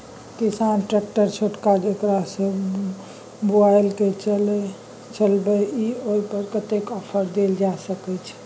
किसान ट्रैक्टर छोटका जेकरा सौ बुईल के चलबे इ ओय पर कतेक ऑफर दैल जा सकेत छै?